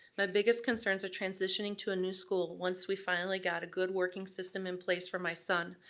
my biggest concerns are transitioning to a new school, once we finally got a good working system in place for my son.